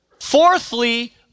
fourthly